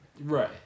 Right